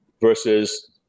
versus